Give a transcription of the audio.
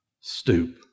stoop